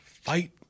fight